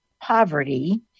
poverty